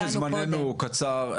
כיוון שזמננו קצר,